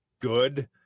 good